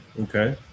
Okay